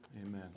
Amen